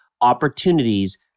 opportunities